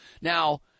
Now